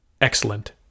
Excellent